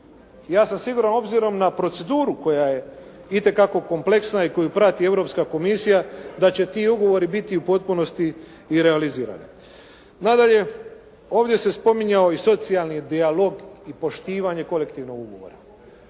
Ja sam siguran obzirom na proceduru koja je itekako kompleksna i koju prati europska komisija da će ti ugovori biti u potpunosti i realizirani. Nadalje, ovdje se spominjao i socijalni dijalog i poštivanje kolektivnog ugovora.